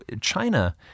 China